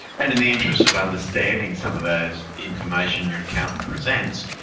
and in the interest of understanding some of those information your accountant presents,